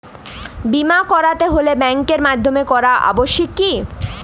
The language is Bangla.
বিমা করাতে হলে ব্যাঙ্কের মাধ্যমে করা আবশ্যিক কি?